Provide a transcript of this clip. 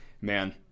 Man